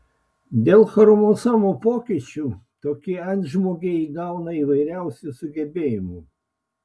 dėl chromosomų pokyčių tokie antžmogiai įgauna įvairiausių sugebėjimų